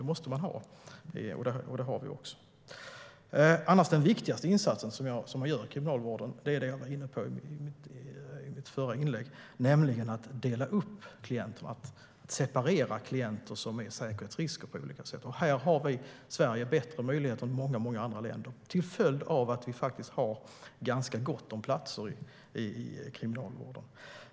Det måste finnas, och det finns. Den viktigaste insatsen i Kriminalvården är vad jag tog upp i mitt förra inlägg, nämligen att dela upp klienterna, det vill säga separera klienter som är säkerhetsrisker. Här har Sverige bättre möjligheter än många andra länder, till följd av att det finns gott om platser i Kriminalvården.